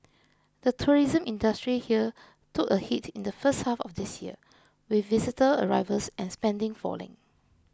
the tourism industry here took a hit in the first half of this year with visitor arrivals and spending falling